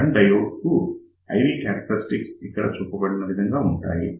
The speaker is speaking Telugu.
గన్ డయోడ్ కు I V క్యారెక్ట్రెస్టిక్స్ ఇక్కడ చూపబడిన విధంగా ఉంటాయి